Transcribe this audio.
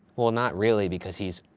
well, not really, because he's,